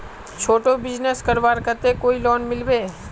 छोटो बिजनेस करवार केते कोई लोन मिलबे?